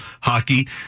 hockey